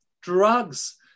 drugs